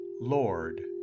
Lord